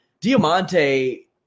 Diamante